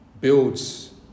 builds